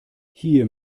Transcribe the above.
hier